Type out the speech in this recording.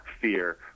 fear